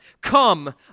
Come